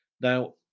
Now